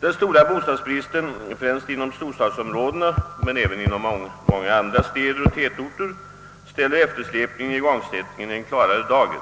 Den stora bostadsbristen, främst inom storstadsområdena men även inom många andra städer och tätorter, ställer eftersläpningen i igångsättningen i en klarare dager.